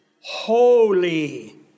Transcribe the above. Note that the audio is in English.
holy